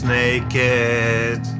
naked